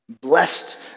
blessed